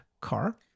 car